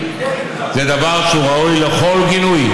זה דבר שהוא ראוי לכל גינוי,